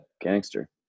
gangster